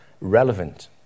relevant